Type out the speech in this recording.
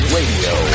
Radio